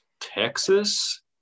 Texas